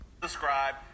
Subscribe